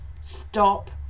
stop